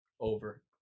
Over